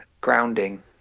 grounding